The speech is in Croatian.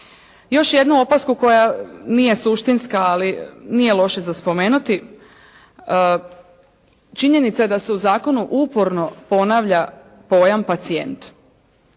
Još jednu opasku koja nije suštinska, ali nije loše za spomenuti. Činjenica je da se u zakonu uporno ponavlja pojam pacijent.